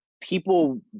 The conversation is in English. people